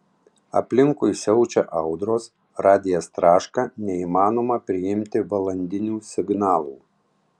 aplinkui siaučia audros radijas traška neįmanoma priimti valandinių signalų